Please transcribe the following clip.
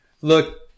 Look